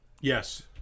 Yes